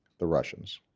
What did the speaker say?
the russians,